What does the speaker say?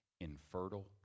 infertile